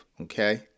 okay